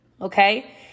Okay